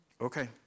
Okay